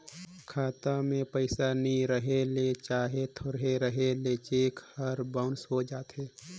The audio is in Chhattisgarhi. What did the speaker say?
खाता में पइसा नी रहें ले चहे थोरहें रहे ले चेक हर बाउंस होए जाथे